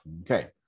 okay